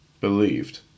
believed